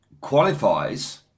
qualifies